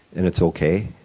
and it's okay,